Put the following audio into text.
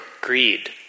greed